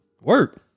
work